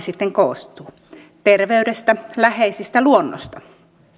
sitten koostuu terveydestä läheisistä luonnosta